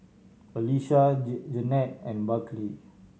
Elisha Jeannette and Berkley